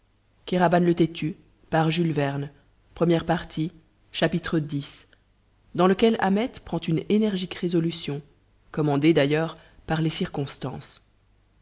le seigneur kéraban x dans lequel ahmet prend une énergique résolution commandée d'ailleurs par les circonstances